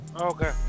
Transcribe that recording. okay